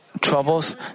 troubles